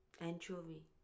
Anchovy